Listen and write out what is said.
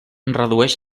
redueix